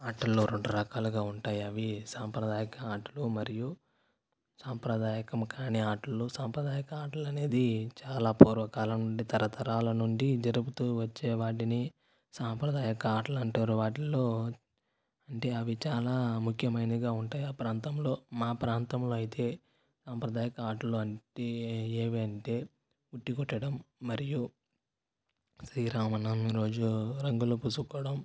ఆటల్లో రెండు రకాలుగా ఉంటాయి అవి సాంప్రదాయ ఆటలు మరియు సాంప్రదాయకరం కానీ ఆటలు సాంప్రదాయ ఆటలు అనేది చాలా పూర్వకాలం నుండి తరతరాల నుండి జరుపుతు వచ్చే వాటిని సాంప్రదాయ ఆటలు అంటారు వాటిల్లో అంటే అవి చాలా ముఖ్యమైనవిగా ఉంటాయి ఆ ప్రాంతంలో మా ప్రాంతంలో అయితే సాంప్రదాయ ఆటలు ఏవి అంటే ఉట్టి కొట్టడం మరియు శ్రీరామనవమి రోజు రంగులు పూసుకోవడం